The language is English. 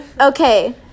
Okay